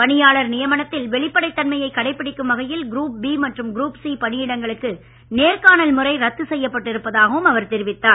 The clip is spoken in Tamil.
பணியாளர் நியமனத்தில் வெளிப்படைத் தன்மையை கடைபிடிக்கும் வகையில் குரூப் பி மற்றும் குரூப் சி பணியிடங்களுக்கு முறை ரத்து செய்யப்பட்டு இருப்பதாகவும் அவர் நேர்காணல் தெரிவித்தார்